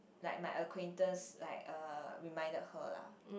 like my acquaintance like uh reminded her lah